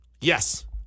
Yes